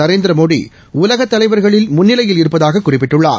நரேந்திரமோடி உலகத் தலைவர்களில் முன்னிலையில் இருப்பதாக குறிப்பிட்டுள்ளார்